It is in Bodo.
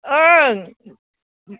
ओं